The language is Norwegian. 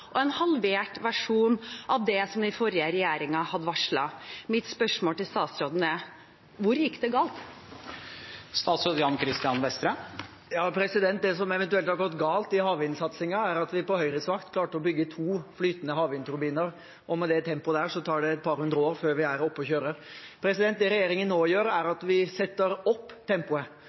og halvert versjon av det som den forrige regjeringen hadde varslet. Mitt spørsmål til statsråden er: Hvor gikk det galt? Det som eventuelt har gått galt i havvindsatstingen, er at man på Høyres vakt klarte å bygge to flytende havvindturbiner, og med det tempoet tar det et par hundre år før vi er oppe og kjører. Det regjeringen nå gjør, er at vi setter opp tempoet.